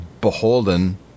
beholden